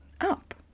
up